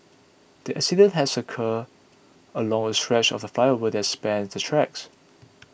the accident has occurred along a stretch of the flyover that spans the tracks